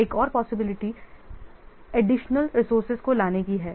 एक और possibility additional resources को लाने की है